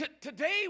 Today